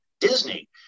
Disney